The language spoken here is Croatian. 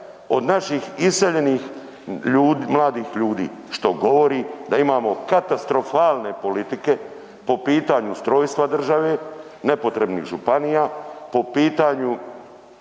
od naših iseljenih ljudi, mladih ljudi, što govori da imamo katastrofalne politike, po pitanju ustrojstva države, nepotrebnih županija, po pitanju